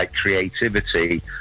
creativity